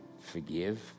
forgive